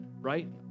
right